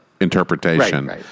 interpretation